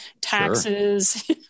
taxes